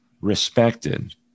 respected